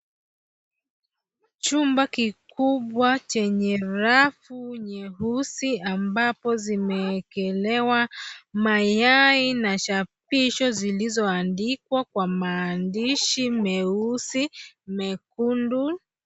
Chumba kikubwa chenye rafu nyeusi ambapo zimeekelewa mayai na chapisho zilizoandikwa kwa maandishi meusi, mekundu.